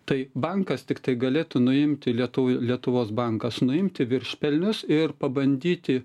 tai bankas tiktai galėtų nuimti lietu lietuvos bankas nuimti viršpelnius ir pabandyti